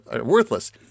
worthless